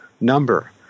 number